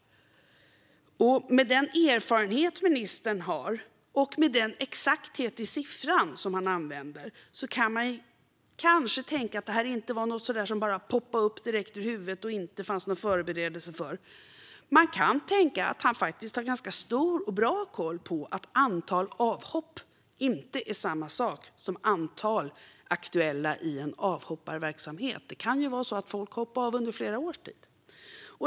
Med tanke på den erfarenhet som ministern har och den exakta siffra som han använder kan man kanske tänka att det inte var något som bara poppade upp i huvudet och som det inte fanns någon förberedelse för. Man kan tänka att han faktiskt har ganska bra koll på att antalet avhopp inte är samma sak som antalet aktuella i en avhopparverksamhet. Det kan ju vara så att folk hoppar av under flera års tid.